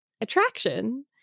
attraction